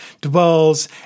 dwells